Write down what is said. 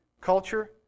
culture